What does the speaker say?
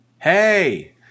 Hey